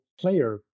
player